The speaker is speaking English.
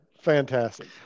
fantastic